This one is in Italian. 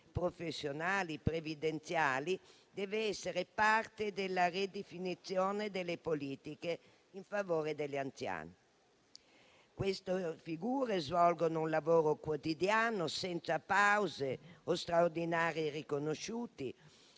professionali e previdenziali, devono essere parte della ridefinizione delle politiche in favore degli anziani. Queste figure svolgono un lavoro quotidiano senza pause o straordinari riconosciuti,